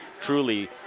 Truly